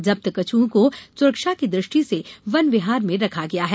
जब्त कछुओं को सुरक्षा की दृष्टि से वन विहार में रखा गया है